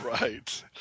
right